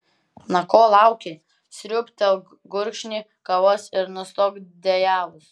na ko lauki sriūbtelk gurkšnį kavos ir nustok dejavus